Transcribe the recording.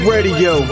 Radio